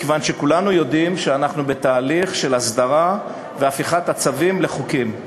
מכיוון שכולנו יודעים שאנחנו בתהליך של הסדרה והפיכת הצווים לחוקים.